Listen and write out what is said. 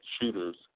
shooters